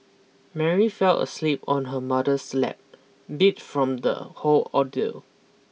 Mary fell asleep on her mother's lap beat from the whole ordeal